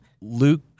luke